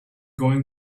going